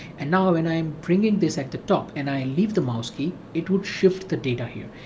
and now when i'm bringing this at the top and i leave the mouse key it would shift the data here.